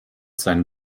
seinen